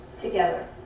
together